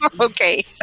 Okay